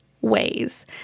ways